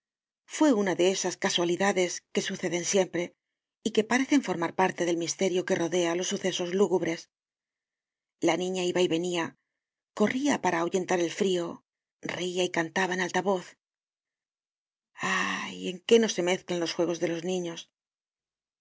fue una de esas casualidades que suceden siempre y que parece forman parte del misterio que rodea los sucesos lúgubres la niña iba y venia corria para ahuyentar el frio reia y cantaba en alta voz ah en qué no se mezclan los juegos de los niños